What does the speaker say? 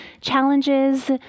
challenges